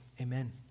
Amen